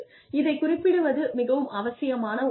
இதைக் குறிப்பிடுவது மிகவும் அவசியமான ஒன்று